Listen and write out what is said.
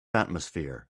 atmosphere